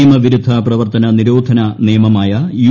നിയമ വിരുദ്ധ പ്രവർത്തന നിരോധന നിയമമായ യു